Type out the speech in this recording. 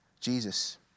Jesus